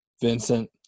vincent